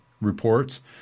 reports